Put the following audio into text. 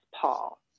Paul